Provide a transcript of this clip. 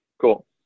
cool